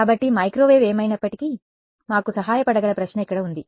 కాబట్టి మైక్రోవేవ్ ఏమైనప్పటికీ మాకు సహాయపడగల ప్రశ్న ఇక్కడ ఉంది